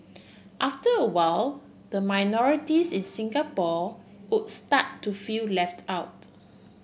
after a while the minorities in Singapore would start to feel left out